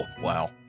wow